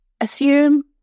assume